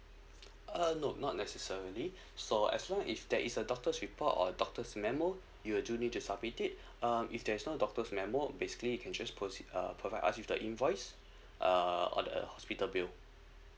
uh no not necessarily so as long if that is a doctor report or doctor's memo you'll do need to submit it um if there's no doctor's memo basically you can just proceed uh provide us with the invoice uh or the hospital bill